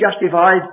justified